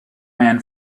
man